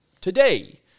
today